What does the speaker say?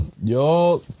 yo